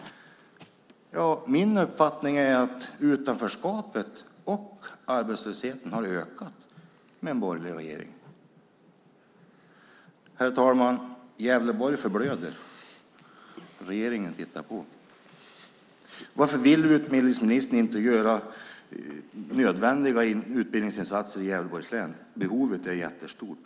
Min uppfattning är att utanförskapet och arbetslösheten har ökat med en borgerlig regering. Herr talman! Gävleborg förblöder. Regeringen tittar på. Varför vill utbildningsministern inte genomföra nödvändiga utbildningsinsatser i Gävleborgs län? Behovet är stort.